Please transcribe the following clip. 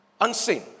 unseen